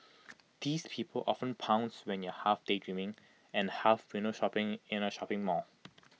these people often pounce when you half daydreaming and half window shopping in A shopping mall